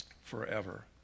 forever